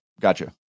Gotcha